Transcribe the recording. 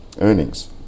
earnings